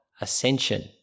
ascension